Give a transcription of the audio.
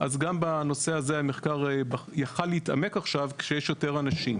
אז גם בנושא הזה המחקר יכל להתעמק עכשיו כשיש יותר אנשים,